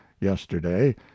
YESTERDAY